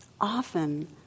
often